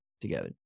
together